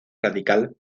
radical